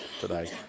today